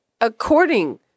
according